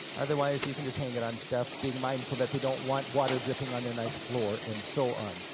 otherwise you can just hang it on stuff, being mindful that they don't want water dripping on their nice floor, and so on.